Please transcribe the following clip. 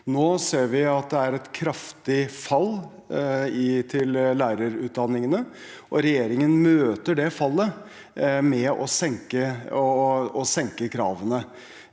Nå ser vi at det er et kraftig fall til lærerutdanningene, og regjeringen møter det fallet med å senke kravene.